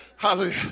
Hallelujah